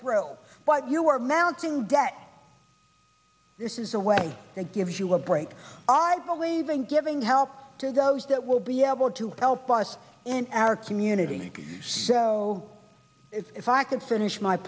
through but you are mounting debt this is the way that gives you a break i believe in giving help to those that will be able to help us in our community so if i could finish